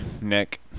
Nick